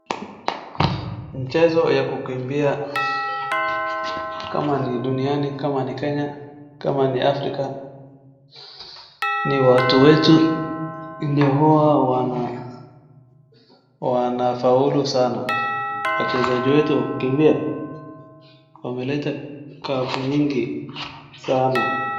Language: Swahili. Mchezo ya kukimbia kama ni duniani, kama ni kenya, kama ni Afrika ni watu wetu ndio huwa wanafaulu sana. Wachezaji wetu wa kukimbia wameleta cup mingi sana.